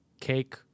cake